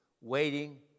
waiting